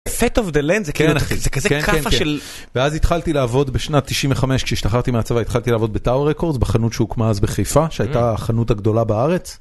set of the lambs זה כזה כאפה של... ואז התחלתי לעבוד בשנת 95 כשהשתחררתי מהצבא התחלתי לעבוד בטאור-רקורדס, בחנות שהוקמה אז בחיפה, שהייתה החנות הגדולה בארץ.